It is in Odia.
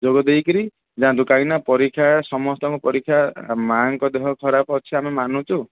ଯୋଗ ଦେଇକିରି ଯାଆନ୍ତୁ କାହିଁକିନା ପରୀକ୍ଷା ସମସ୍ତଙ୍କ ପରୀକ୍ଷା ମାଆଙ୍କ ଦେହ ଖରାପ ଅଛି ଆମେ ମାନୁଛୁ